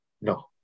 No